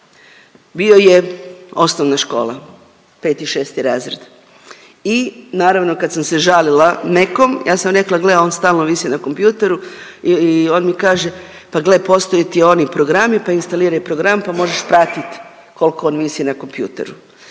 Bio je osnovna škola, 5., 6. razred i naravno kad sam se žalila nekom, ja sam rekla gle on stalno visi na kompjuteru i on mi kaže, pa gle postoje ti oni programi, pa instaliraj program pa možeš pratiti koliko on visi na kompjuteru.